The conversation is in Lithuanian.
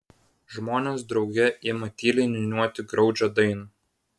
žmonės drauge ima tyliai niūniuoti graudžią dainą